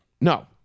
No